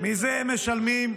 מזה הם משלמים.